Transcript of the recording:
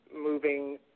moving